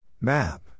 Map